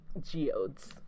Geodes